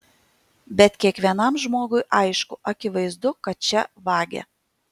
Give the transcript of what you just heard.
bet kiekvienam žmogui aišku akivaizdu kad čia vagia